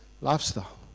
lifestyle